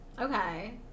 Okay